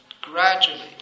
gradually